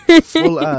Full